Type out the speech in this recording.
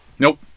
Nope